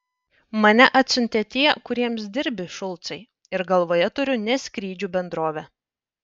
mane atsiuntė tie kuriems dirbi šulcai ir galvoje turiu ne skrydžių bendrovę